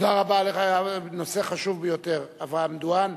תודה רבה לך, נושא חשוב ביותר, אברהם דואן.